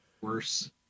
Worse